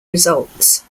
results